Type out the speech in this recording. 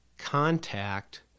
contact